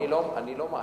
אני לא מאשים.